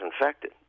infected